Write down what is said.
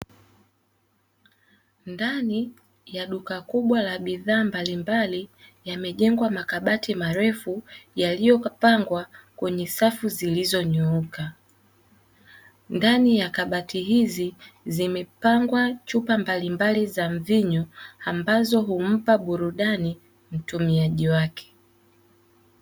Ndani ya duka kubwa la bidhaa mbalimbali, yamejengwa makabati marefu yaliyopangwa kwenye safu zilizonyooka. Ndani ya kabati hizi zimepangwa chupa mbalimbali za mvinyo ambazo humpa burudani mtumiaji wake.